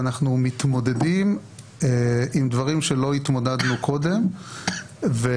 אנחנו מתמודדים עם דברים שלא התמודדנו איתם קודם,